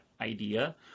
idea